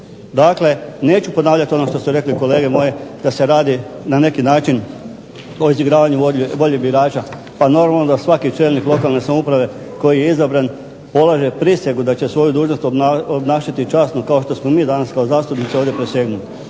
Dakle, neću ponavljati ono što su rekli kolege moje, da se radi na neki način o izigravanju volje birača. Pa normalno da svaki čelnik lokalne samouprave koji je izabran polaže prisegu da će svoju dužnost obnašati časno kao što smo mi danas kao zastupnici ovdje prisegnuli.